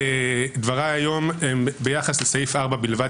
דבריי היום הם ביחס לסעיף 4 בלבד,